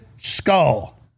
skull